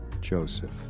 Joseph